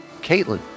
Caitlin